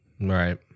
Right